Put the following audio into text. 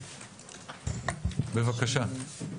בבקשה.